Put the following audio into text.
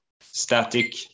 static